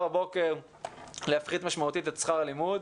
בבוקר להפחית משמעותית את שכר הלימוד,